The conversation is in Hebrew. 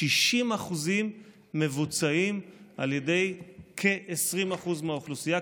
60% מבוצעים על ידי כ-20% מהאוכלוסייה.